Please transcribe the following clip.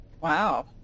Wow